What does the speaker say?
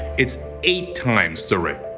it's eight times the rate.